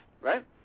right